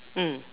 mm